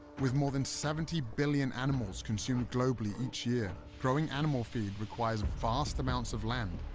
with more than seventy billion animals consumed globally each year, growing animal feed requires vast amounts of land,